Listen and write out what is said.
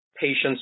patients